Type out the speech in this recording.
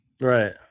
Right